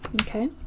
Okay